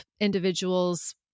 individuals